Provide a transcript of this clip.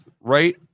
right